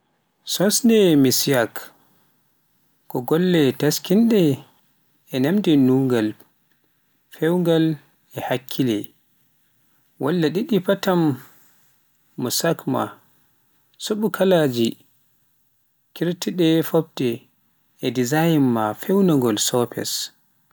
Sosde mosaïque ko golle teskinɗe ɗe naamnii muñal, peewal, e hakkille, didu walla diidi pattern mosaïque maa, Suɓo kalaaji e kaɓirɗe potɗe e nau; iji maa e peewnugol les.